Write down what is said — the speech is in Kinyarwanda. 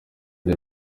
the